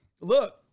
Look